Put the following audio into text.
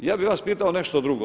Ja bih vas pitao nešto drugo.